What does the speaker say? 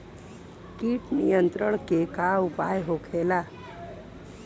कीट नियंत्रण के का उपाय होखेला?